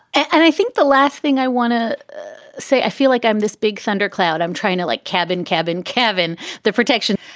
and i think the last thing i want to say, i feel like i'm this big thundercloud. i'm trying to like cabin cabin kevin the protection.